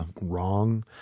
wrong